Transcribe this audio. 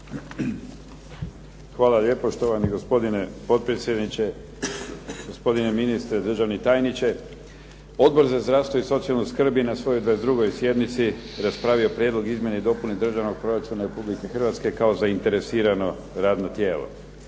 Hvala lijepo štovani gospodine potpredsjedniče, gospodine ministre, državni tajniče. Odbor za zdravstvo i socijalnu skrb je na svojoj 22. sjednici raspravio Prijedlog izmjene i dopune Državnog proračuna Republike Hrvatske kao zainteresirano radno tijelo.